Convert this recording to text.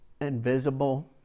invisible